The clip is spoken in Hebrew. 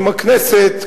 אם הכנסת,